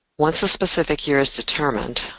once a specific year is determined,